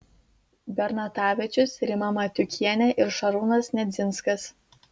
bernatavičius rima matiukienė ir šarūnas nedzinskas